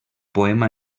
poema